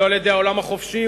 לא על-ידי העולם החופשי,